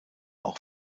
auch